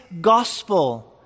gospel